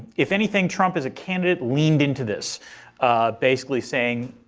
if anything, trump as a candidate leaned into this basically saying,